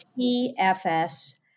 TFS